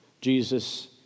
Jesus